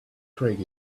craig